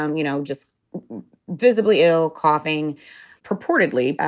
um you know, just visibly ill coughing purportedly.